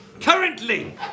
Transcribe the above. Currently